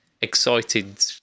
excited